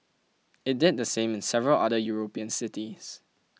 it did the same in several other European cities